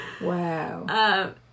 Wow